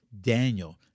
Daniel